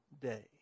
day